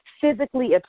physically